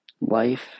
life